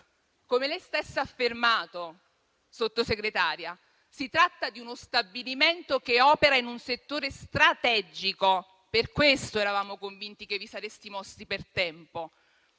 Come lei stessa ha affermato, Sottosegretaria, si tratta di uno stabilimento che opera in un settore strategico. Per questo eravamo convinti che vi sareste mossi per tempo.